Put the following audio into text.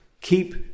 keep